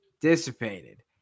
dissipated